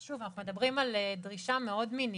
אנחנו מדברים על דרישה מינימלית,